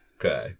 Okay